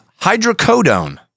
hydrocodone